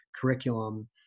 curriculum